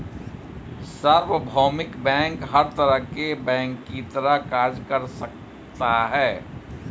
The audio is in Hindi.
सार्वभौमिक बैंक हर तरह के बैंक की तरह कार्य कर सकता है